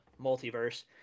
multiverse